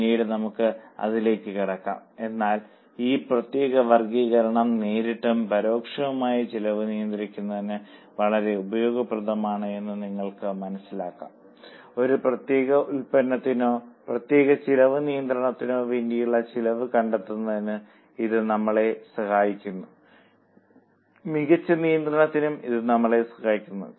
പിന്നീട് നമ്മൾ അതിലേക്ക് കടക്കും എന്നാൽ ഈ പ്രത്യേക വർഗ്ഗീകരണം നേരിട്ടും പരോക്ഷമായും മികച്ച ചെലവ് നിയന്ത്രിക്കുന്നതിന് വളരെ ഉപയോഗപ്രദമാണെന്ന് ഇപ്പോൾ നമുക്ക് മനസ്സിലാക്കാം ഒരു പ്രത്യേക ഉൽപ്പന്നത്തിനോ പ്രത്യേക ചെലവ് കേന്ദ്രത്തിനോ വേണ്ടിയുള്ള ചെലവ് കണ്ടെത്തുന്നതിന് ഇത് നമ്മളെ സഹായിക്കുന്നു മികച്ച നിയന്ത്രണത്തിനും ഇത് നമ്മളെ സഹായിക്കുന്നു